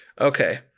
okay